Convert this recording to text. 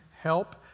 help